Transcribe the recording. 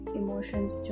emotions